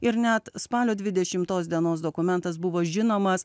ir net spalio dvidešimtos dienos dokumentas buvo žinomas